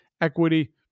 equity